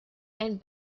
and